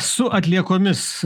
su atliekomis